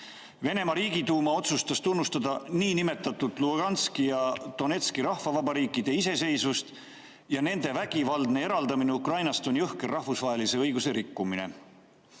Venemaa Riigiduuma otsustas tunnustada niinimetatud Luhanski ja Donetski rahvavabariikide iseseisvust. Nende vägivaldne eraldamine Ukrainast on jõhker rahvusvahelise õiguse rikkumine.